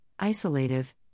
isolative